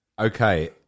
okay